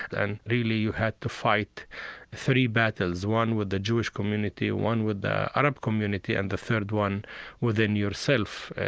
and, really, you had to fight three battles one with the jewish community, one with the arab community, and the third one within yourself.